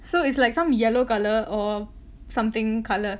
so it's like from yellow color or something color